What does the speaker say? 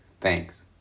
Thanks